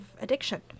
addiction